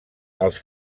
els